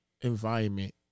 environment